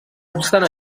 obstant